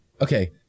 okay